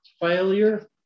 failure